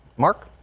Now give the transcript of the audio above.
mark